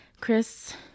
Chris